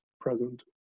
present